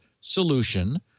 solution